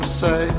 say